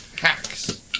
Hacks